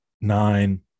nine